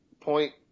point